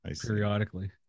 periodically